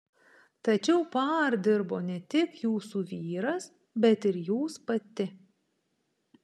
tačiau par dirbo ne tik jūsų vyras bet ir jūs pati